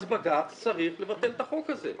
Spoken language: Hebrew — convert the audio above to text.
אז בג"צ צריך לבטל את החוק הזה,